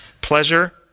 Pleasure